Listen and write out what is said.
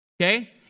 Okay